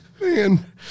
Man